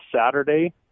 Saturday